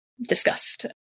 discussed